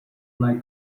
like